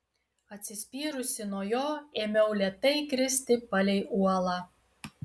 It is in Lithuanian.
atsispyrusi nuo jo ėmiau lėtai kristi palei uolą